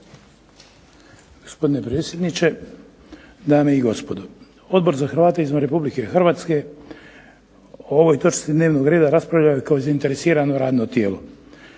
Gospodine predsjedniče, dame i gospodo. Odbor za Hrvate izvan Republike Hrvatske o ovoj točci dnevnog reda raspravljao je kao zainteresirano radno tijelo.